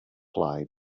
fly